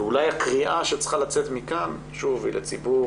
ואולי הקריאה שצריכה לצאת מכאן היא לציבור